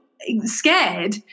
scared